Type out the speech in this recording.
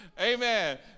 Amen